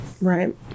Right